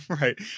right